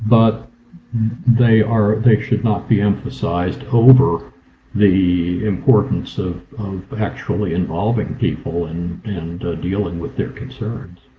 but they are, they should not be emphasized over the importance of of actually involving people and and dealing with their concerns.